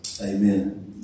Amen